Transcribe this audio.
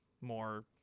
more